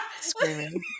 Screaming